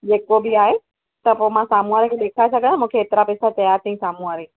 जेको बि आहे त पोइ मां साम्हू वारे खे ॾेखारे सघां मूंखे हेतिरा पैसा चया अथाईं साम्हू वारे